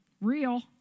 real